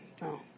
no